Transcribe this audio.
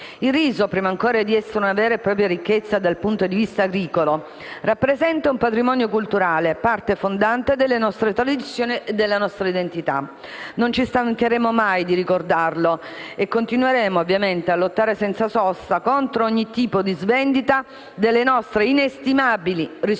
Il riso, prima ancora di essere una vera e propria ricchezza dal punto di vista agricolo, rappresenta un patrimonio culturale, parte fondante delle nostre tradizioni e della nostra identità. Non ci stancheremo mai di ricordarlo e continueremo ovviamente a lottare senza sosta contro ogni tipo di svendita delle nostre inestimabili risorse